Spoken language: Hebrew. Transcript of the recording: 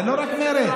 זה לא רק מרצ.